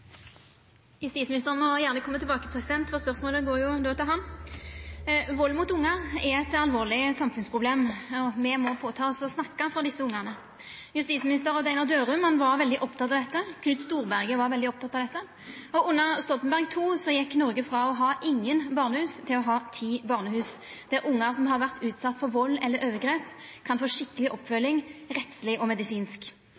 går til han. Vald mot ungar er eit alvorleg samfunnsproblem, og me må påta oss å snakka for desse ungane. Justisminister Odd Einar Dørum var veldig oppteken av dette, Knut Storberget var veldig oppteken av dette, og under Stoltenberg II-regjeringa gjekk Noreg frå å ha ingen barnehus til å ha ti barnehus, der ungar som har vore utsette for vald eller overgrep, kan få skikkeleg